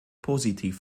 positiv